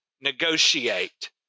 negotiate